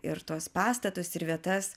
ir tuos pastatus ir vietas